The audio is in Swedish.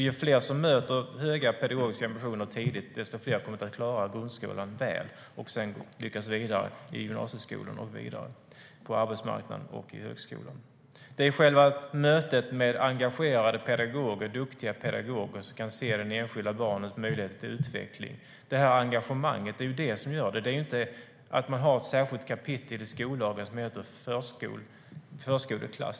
Ju fler som möter höga pedagogiska ambitioner tidigt, desto fler kommer att klara grundskolan väl och lyckas vidare i gymnasieskolan, på högskolan och på arbetsmarknaden. Mötet med engagerade och duktiga pedagoger som kan se det enskilda barnets möjlighet till utveckling är det som gör det. Det är inte att man har ett särskilt kapitel i skollagen som heter Förskoleklass.